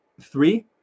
three